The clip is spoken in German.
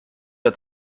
der